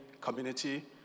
community